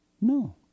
No